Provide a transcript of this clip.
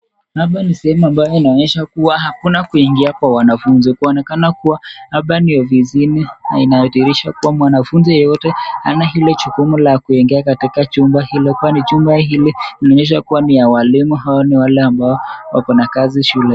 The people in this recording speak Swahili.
Hapa ni sehemu ambayo inayoonyesha kuwa hakuna kuingia kwa wanfunzi, kuonekana kuwa hapa ni ofisini na ina adhirisha kuwa mwanfunzi yeyote hana ile jukumu la kuingia katika chumbahilo kwani chumba hilo inaweza kuwa ni cha walimu au wale ambao wakona kazi shuleni.